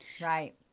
right